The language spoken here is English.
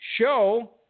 show